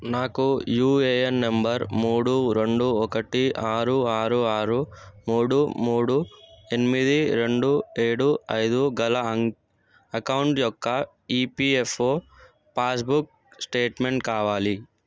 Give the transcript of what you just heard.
నాకు UAN number మూడు రెండు ఒకటి ఆరు ఆరు ఆరు మూడు మూడు ఎనిమిది రెండు ఏడూ ఐదు గల అ అకౌంట్ యొక్క ఈపీఎఫ్ఓ పాస్బుక్ స్టేట్మెంట్ కావాలి